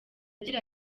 agira